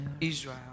Israel